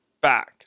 back